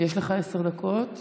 הן אכן הצעות חוק חשובות,